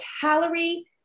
calorie